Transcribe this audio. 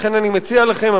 לכן אני מציע לכם,